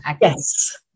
Yes